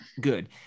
good